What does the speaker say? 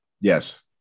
Yes